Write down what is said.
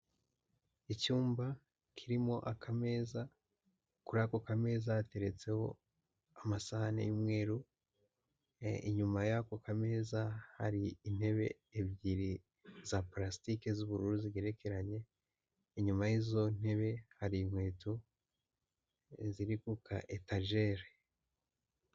Icyumba kirimo akameza, kuri ako kameza hateretseho amasahani y'umweru, inyuma y'ako kameza hari intebe ebyiri za plastike z'ubururu zigerekeranye, inyuma y'izo ntebe hari inkweto ziri kuka etageur.